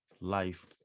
life